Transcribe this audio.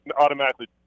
automatically